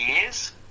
years